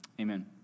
Amen